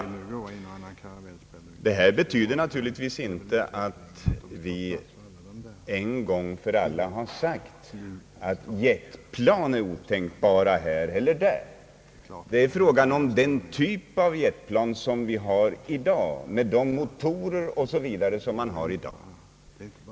Det här betyder naturligtvis inte att vi en gång för alla har sagt att jetflyg är otänkbart på den ena eller andra platsen, utan här är det frågan om den typ av jetplan som finns i dag, de typer av motorer osv. som nu står till buds.